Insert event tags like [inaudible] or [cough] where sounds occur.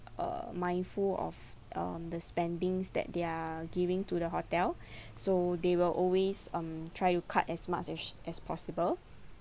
err mindful of um the spendings that they're giving to the hotel [breath] so they will always um try to cut as much as as possible